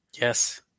yes